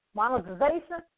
monetization